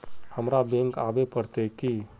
हमरा बैंक आवे पड़ते की?